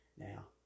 Now